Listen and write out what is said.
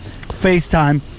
FaceTime